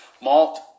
Malt